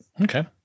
Okay